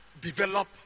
develop